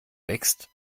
wächst